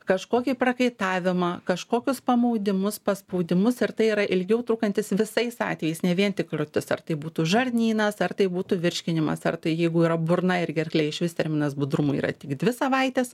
kažkokį prakaitavimą kažkokius pamaudimus paspaudimus ir tai yra ilgiau trunkantis visais atvejais ne vien tik krūtis ar tai būtų žarnynas ar tai būtų virškinimas ar tai jeigu yra burna ir gerklė išvis terminas budrumui yra tik dvi savaitės